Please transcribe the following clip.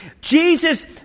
Jesus